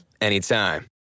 anytime